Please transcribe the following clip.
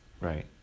Right